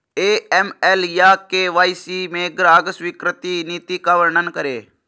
AML या KYC में ग्राहक स्वीकृति नीति का वर्णन करें?